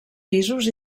pisos